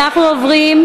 אנחנו עוברים,